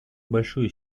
большую